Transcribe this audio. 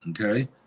okay